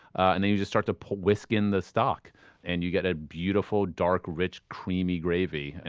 and then you just start to whisk in the stock and you get a beautiful, dark, rich, creamy gravy. and